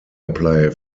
apply